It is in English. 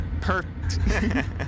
Perfect